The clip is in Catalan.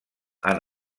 han